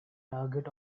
target